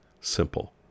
simple